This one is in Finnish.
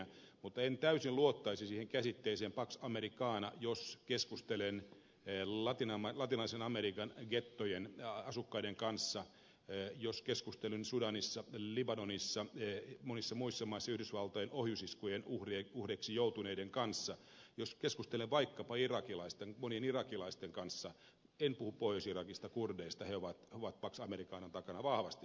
mutta en täysin luottaisi siihen käsitteeseen pax americana jos keskustelen latinalaisen amerikan gettojen asukkaiden kanssa jos keskustelen sudanissa libanonissa monissa muissa maissa yhdysvaltojen ohjusiskujen uhriksi joutuneiden kanssa jos keskustelen vaikkapa monien irakilaisten kanssa en puhu pohjois irakista kurdeista he ovat pax americanan takana vahvasti mutta muualla